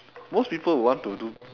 most people would want to do